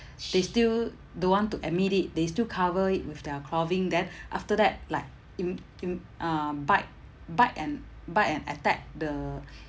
they still don't want to admit it they still cover it with their clothing then after that like in in uh bite bite and bite and attack the